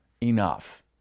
enough